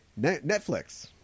Netflix